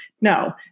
No